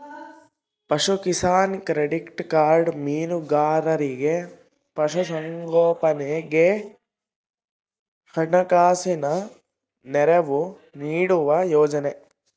ಪಶುಕಿಸಾನ್ credit card ಮೀನುಗಾರರಿಗೆ ಪಶು ಸಂಗೋಪನೆಗೆ ಹಣಕಾಸಿನ ನೆರವು ನೀಡುವ ಯೋಜನೆ